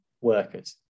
workers